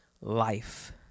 life